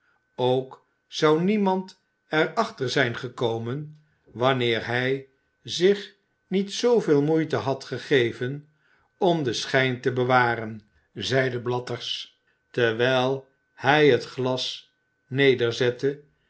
ook zou niemand er achter zijn gekomen wanneer hij zich niet zooveel moeite had gegeven om den schijn te bewaren zeide blathers terwijl hij het glas